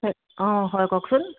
হয় অ হয় কওকচোন